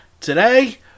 Today